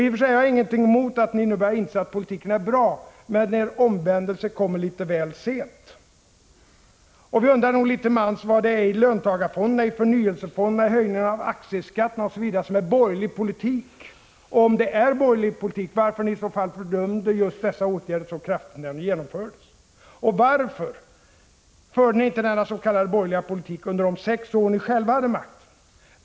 I och för sig har jag ingenting emot att ni tycker att politiken är bra, men omvändelsen kommer litet väl sent. Och vi undrar nog litet till mans vad det är i löntagarfonderna, förnyelsefonderna och höjningen av aktieskatten som är borgerlig politik. Och om detta är borgerlig politik, varför fördömde ni just dessa åtgärder så kraftigt som ni gjorde då de vidtogs? Och varför förde ni inte dennas.k. borgerliga politik under de sex år då ni själva hade makten?